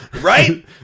Right